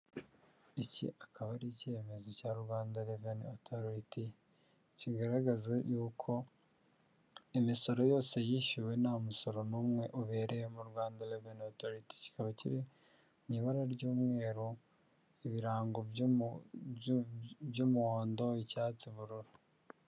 Iki akaba ari icyemezo cya Rwanda Revenue Authority kigaragaza yuko imisoro yose yishyuwe nta musoro n'umwe ubereyemo mu Rwanda Revenue Authority, kikaba kiri mu ibara ry'umweru ibirango byu by'umuhondo ,icyatsi ,ubururu.